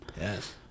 Yes